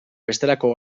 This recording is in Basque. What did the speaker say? bestelako